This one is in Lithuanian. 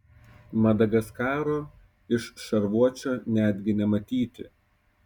madagaskaro iš šarvuočio netgi nematyti